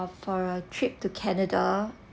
for a trip to canada